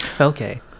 Okay